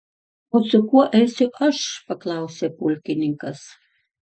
o su kuo eisiu aš paklausė pulkininkas